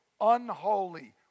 unholy